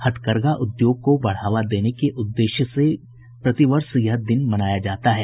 हथकरघा उद्योग को बढ़ावा देने उद्देश्य से प्रतिवर्ष यह दिन मनाया जा जाता है